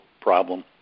problem